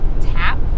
tap